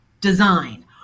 design